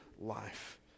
life